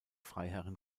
freiherren